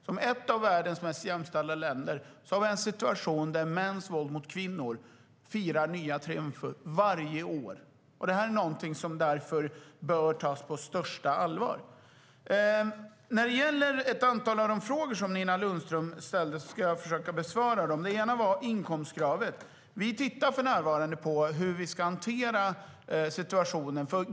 Som ett av världens mest jämställda länder har vi en situation där mäns våld mot kvinnor firar nya triumfer varje år, och det är någonting som bör tas på största allvar. Jag ska försöka besvara ett antal av de frågor Nina Lundström ställde. En handlade om inkomstkravet, och vi tittar för närvarande på hur vi ska hantera situationen.